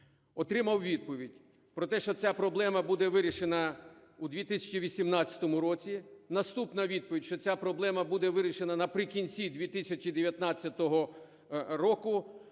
Отримав відповідь про те, що ця проблема буде вирішена у 2018 році. Наступна відповідь, що ця проблема буде вирішена наприкінці 2019 року.